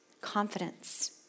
Confidence